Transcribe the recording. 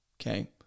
okay